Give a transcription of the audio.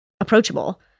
approachable